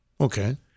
Okay